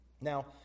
Now